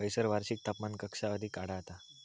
खैयसर वार्षिक तापमान कक्षा अधिक आढळता?